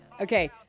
Okay